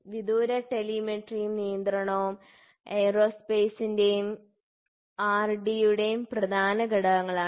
വിദൂര ടെലിമെട്രിയും നിയന്ത്രണവും എയ്റോസ്പെയ്സിന്റെയും ആർ ഡി യുടെയും പ്രധാന ഘടകങ്ങളാണ്